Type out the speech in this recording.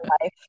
life